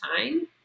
time